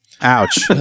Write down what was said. Ouch